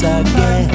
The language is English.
again